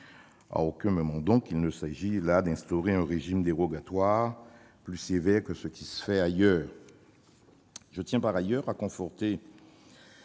À aucun moment, donc, il ne s'agit d'instaurer un régime dérogatoire, plus sévère que ce qui se fait ailleurs. Je tiens par ailleurs à apporter